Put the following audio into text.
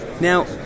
now